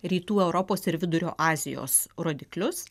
rytų europos ir vidurio azijos rodiklius